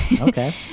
okay